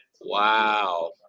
Wow